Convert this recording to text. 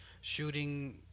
shooting